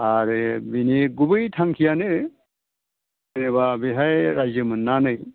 आरो बिनि गुबै थांखियानो जेनोबा बेहाय रायजो मोननानै